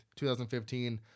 2015